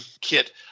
Kit